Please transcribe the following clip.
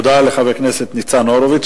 תודה לחבר הכנסת ניצן הורוביץ.